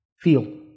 Feel